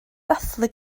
dathlu